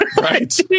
Right